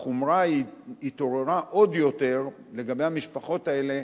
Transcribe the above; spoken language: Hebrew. החומרה התעוררה עוד יותר לגבי המשפחות האלה,